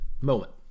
moment